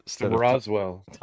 Roswell